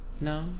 No